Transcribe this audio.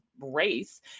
race